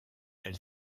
elle